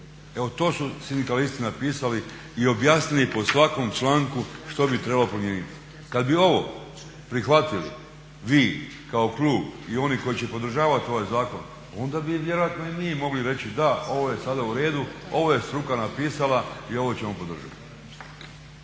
Evo to su sindikalisti napisali i objasnili po svakom članku što bi trebalo promijeniti. Kad bi ovo prihvatili vi kao klub i oni koji će podržavati ovaj zakon onda bi vjerojatno i mi mogli reći, da ovo je sada u redu, ovo je struka napisala i ovo ćemo podržati.